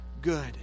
good